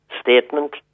statement